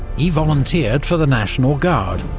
he volunteered for the national guard,